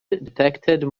detected